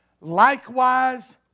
Likewise